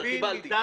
קיבלתי.